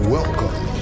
Welcome